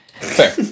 Fair